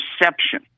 perception